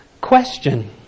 question